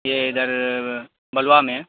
یہ ادھر بلوہ میں